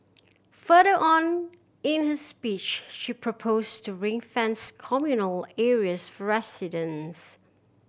further on in her speech she proposed to ring fence communal areas for residents